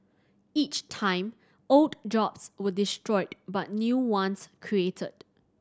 each time old jobs were destroyed but new ones created